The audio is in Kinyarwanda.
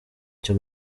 cyo